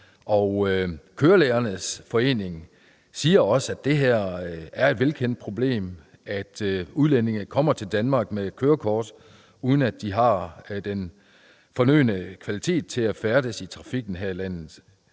Kørelærernes forening siger også, at det er et velkendt problem, at udlændinge kommer til Danmark med et kørekort, uden at de har de fornødne kvalifikationer til at færdes i trafikken her i landet,